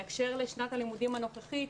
בהקשר לשנת הלימודים הנוכחית,